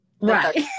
Right